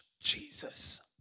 Jesus